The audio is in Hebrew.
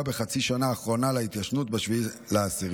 בחצי השנה האחרונה להתיישנותה ב-7 באוקטובר,